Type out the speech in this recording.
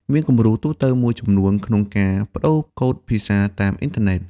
មានគំរូទូទៅមួយចំនួនក្នុងការប្តូរកូដភាសាតាមអ៊ីនធឺណិត។